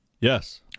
Yes